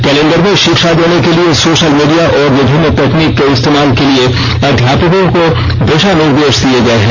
calendar में शिक्षा देने के लिए सोशल मीडिया और विभिन्न तकनीक के इस्तेमाल के लिए अध्यापकों को दिशा निर्देश दिए गए हैं